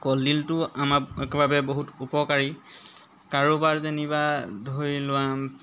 কলডিলটো আমাৰ একেবাৰে বহুত উপকাৰী কাৰোবাৰ যেনিবা ধৰি লোৱা